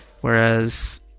Whereas